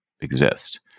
exist